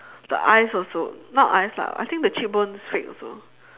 the eyes also not eyes lah I think the cheekbones fake also